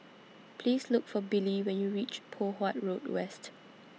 Please Look For Billy when YOU REACH Poh Huat Road West